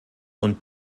und